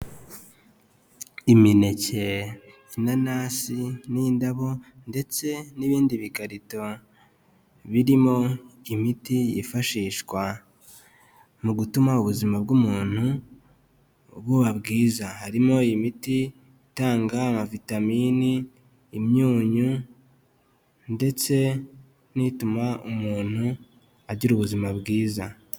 Imineke, inanasi n'indabo ndetse n'ibindi bikarito birimo imiti yifashishwa mu gutuma ubuzima bw'umuntu buba bwiza. Harimo imiti itanga amavitamini, imyunyu ndetse n'ituma umuntu agira ubuzima bwiza.